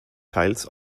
teils